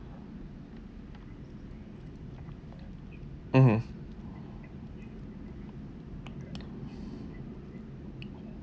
mmhmm